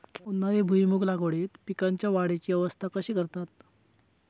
उन्हाळी भुईमूग लागवडीत पीकांच्या वाढीची अवस्था कशी करतत?